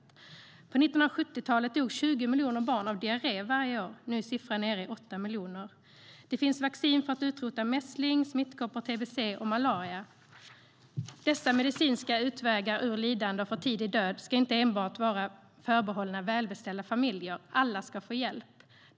På 1970-talet dog 20 miljoner barn av diarré varje år, och nu är siffran nere i 8 miljoner. Det finns vaccin för att utrota mässling, smittkoppor, tbc och malaria. Dessa medicinska utvägar ur lidande och för tidig död ska inte enbart vara förbehållna välbeställda familjer. Alla ska få hjälp.